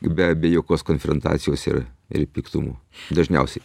be be jokios konfrontacijos ir ir piktumų dažniausiai